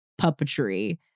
puppetry